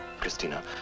Christina